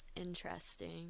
Interesting